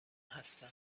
هستم